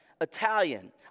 Italian